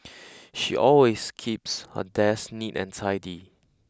she always keeps her desk neat and tidy